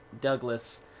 Douglas